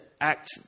act